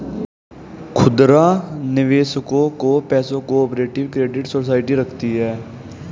खुदरा निवेशकों का पैसा को ऑपरेटिव क्रेडिट सोसाइटी रखती है